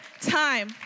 time